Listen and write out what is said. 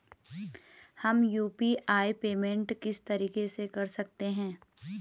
हम UPI payment किस तरीके से कर सकते हैं?